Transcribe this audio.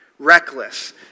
Reckless